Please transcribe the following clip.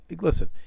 listen